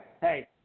hey